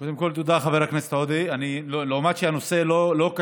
קודם כול תודה, חבר הכנסת עודה.